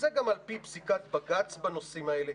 זה גם על פי פסיקת בג"ץ בנושאים האלה